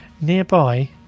nearby